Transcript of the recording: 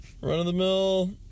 run-of-the-mill